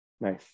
nice